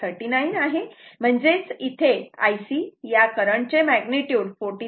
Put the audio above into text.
39 आहे म्हणजेच इथे Ic या करंट चे मॅग्निट्युड हे 43